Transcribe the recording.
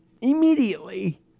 immediately